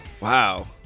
Wow